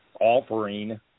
offering